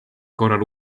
korral